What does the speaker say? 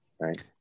right